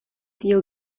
tiu